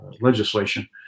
legislation